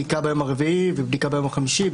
בדיקה ביום הרביעי ובדיקה ביום החמישי.